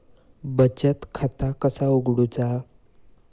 बचत खाता कसा उघडूचा?